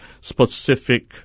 specific